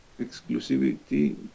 exclusivity